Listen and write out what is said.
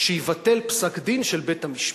שיבטל פסק-דין של בית-המשפט.